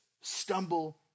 stumble